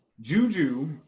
Juju